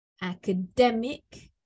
academic